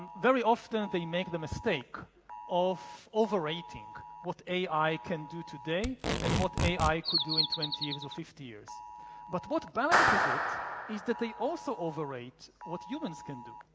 very often, they make the mistake of overrating what ai can do today and what ai could do in twenty years or fifty years but what balances it is that they also overrate what humans can do.